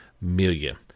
million